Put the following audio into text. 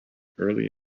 early